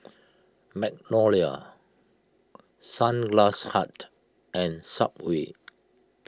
Magnolia Sunglass Hut and Subway